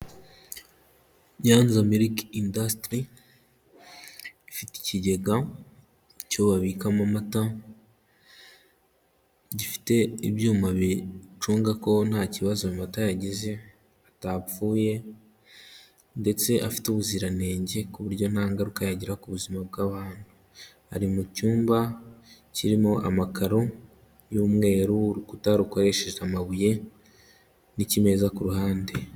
Niza miriki indasiteri ikigega cyo babikamo amata gifite ibyuma bicunga ko nta kibazo amata yagize atapfuye ndetse afite ubuziranenge ku buryo nta ngaruka yagira ku buzima bw'abantu ari mu cyumba kirimo amakaro y'umweru urukuta rukoresheje amabuye n'ikimeza ku ruhande.